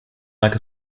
like